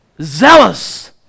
zealous